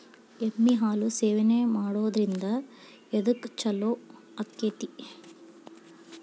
ಎಮ್ಮಿ ಹಾಲು ಸೇವನೆ ಮಾಡೋದ್ರಿಂದ ಎದ್ಕ ಛಲೋ ಆಕ್ಕೆತಿ?